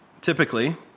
Typically